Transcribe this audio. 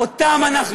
אורן,